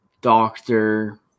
doctor